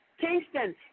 Kingston